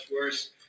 worse